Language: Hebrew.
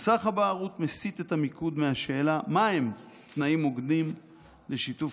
--- 'מסך הבערות' מסיט את המיקוד מהשאלה מהם תנאים הוגנים לשיתוף